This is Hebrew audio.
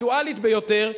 האקטואלית ביותר,